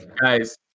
Guys